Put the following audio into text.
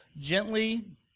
gently